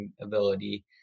ability